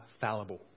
fallible